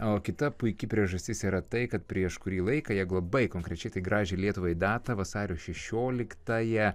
o kita puiki priežastis yra tai kad prieš kurį laiką jeigu labai konkrečiai tai gražią lietuvai datą vasario šešioliktąją